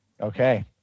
Okay